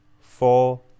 four